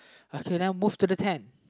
okay then move to the tent